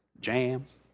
Jams